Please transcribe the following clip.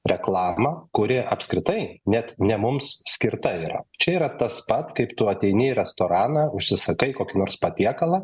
reklamą kuri apskritai net ne mums skirta yra čia yra tas pat kaip tu ateini į restoraną užsisakai kokį nors patiekalą